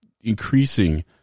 increasing